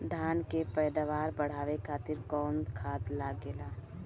धान के पैदावार बढ़ावे खातिर कौन खाद लागेला?